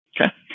Okay